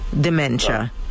dementia